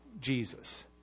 Jesus